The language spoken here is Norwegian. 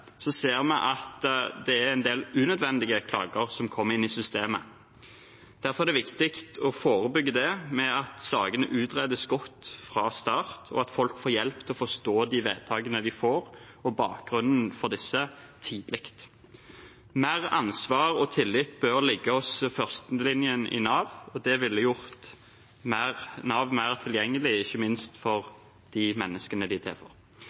ser vi at det er en del unødvendige klager som kommer inn i systemet. Derfor er det viktig å forebygge det med at sakene utredes godt fra starten, og at folk får hjelp til å forstå de vedtakene de får, og bakgrunnen for disse, tidlig. Mer ansvar og tillit bør ligge hos førstelinjen i Nav. Det ville gjort Nav mer tilgjengelig, ikke minst for de menneskene de er til for.